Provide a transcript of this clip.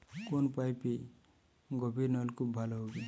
কোন পাইপে গভিরনলকুপ ভালো হবে?